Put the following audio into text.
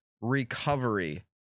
recovery